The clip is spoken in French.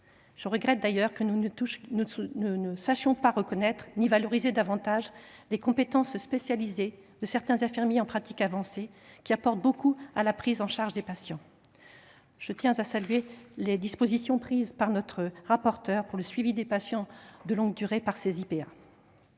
Je regrette d’ailleurs que nous ne sachions toujours pas reconnaître ni valoriser davantage les compétences spécialisées de certains infirmiers en pratique avancée (IPA), qui apportent pourtant beaucoup à la prise en charge des patients. Je tiens à saluer les dispositions prises par notre rapporteure pour le suivi des patients de longue durée par ces IPA.